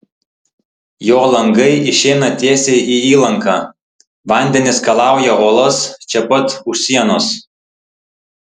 jo langai išeina tiesiai į įlanką vandenys skalauja uolas čia pat už sienos